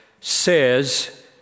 says